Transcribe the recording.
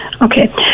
Okay